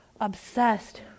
obsessed